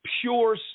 pure